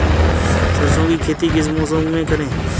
सरसों की खेती किस मौसम में करें?